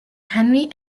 henry